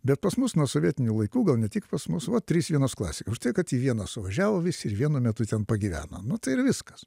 bet pas mus nuo sovietinių laikų gal ne tik pas mus va trys vienos klasikai už tai kad į vieną suvažiavo visi ir vienu metu ten pagyveno nu tai ir viskas